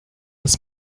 das